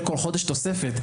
קיבל תוספת שכר של 30 שקל לחודש.